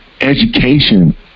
education